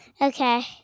Okay